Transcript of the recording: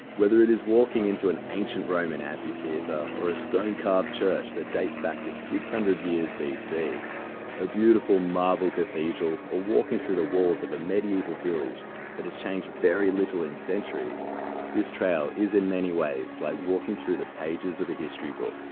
whether it is walking into an ancient roman amphitheatre or a stone carved church that dates back to six hundred years be a beautiful marble cathedral or walking through the walls of a medieval village that has changed very little in centuries this trail is in many ways like walking through the pages of a history book